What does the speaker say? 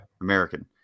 American